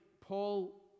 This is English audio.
Paul